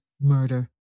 murder